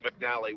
McNally